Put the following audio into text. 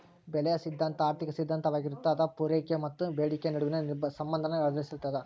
ಬೆಲೆಯ ಸಿದ್ಧಾಂತ ಆರ್ಥಿಕ ಸಿದ್ಧಾಂತವಾಗಿರತ್ತ ಅದ ಪೂರೈಕೆ ಮತ್ತ ಬೇಡಿಕೆಯ ನಡುವಿನ ಸಂಬಂಧನ ಆಧರಿಸಿರ್ತದ